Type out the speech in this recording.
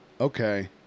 Okay